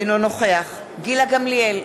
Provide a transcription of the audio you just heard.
אינו נוכח גילה גמליאל,